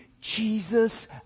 Jesus